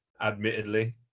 admittedly